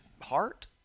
heart